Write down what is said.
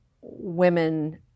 women